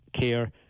care